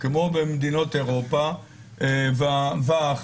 כמו במדינות אירופה ואחרות,